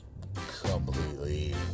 completely